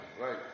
right